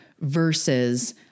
versus